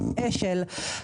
אש"ל,